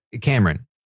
Cameron